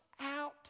out